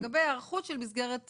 לגבי היערכות של מסגרת לדיור.